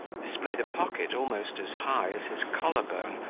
displayed a pocket almost as high as his collar-bone,